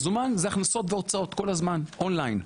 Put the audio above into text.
מזומן זה הכנסות והוצאות כל הזמן אונליין.